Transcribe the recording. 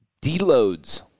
D-loads